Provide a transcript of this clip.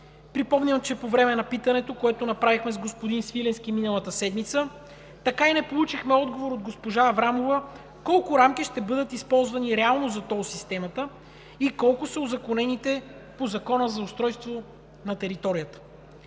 Припомням, че по време на питането, което направихме с господин Свиленски миналата седмица, така и не получихме отговор от госпожа Аврамова: колко рамки ще бъдат използвани реално за тол системата и колко са узаконените по Закона за устройство на територията.